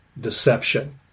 deception